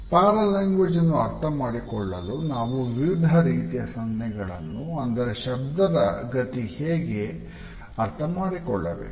para language ಅನ್ನು ಅರ್ಥ ಮಾಡಿಕೊಳ್ಳಲು ನಾವು ವಿವಿಧ ರೀತಿಯ ಸನ್ನ್ಹೆಗಳನ್ನು ಅಂದರೆ ಶಬ್ದದ ಗತಿ ಹೀಗೆ ಅರ್ಥ ಮಾಡಿಕೊಳ್ಳಬೇಕು